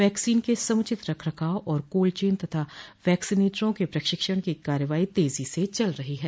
vaccine के समुचित रख रखाव और कोल्ड चेन तथा वैक्सीनेटरों के प्रशिक्षण की कार्रवाई तेजी से चल रही है